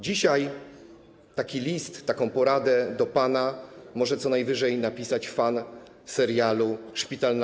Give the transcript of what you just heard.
Dzisiaj taki list o poradę do pana może co najwyżej napisać fan serialu „Szpital na